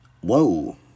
Whoa